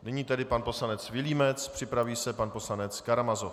Nyní tedy pan poslanec Vilímec, připraví se pan poslanec Karamazov.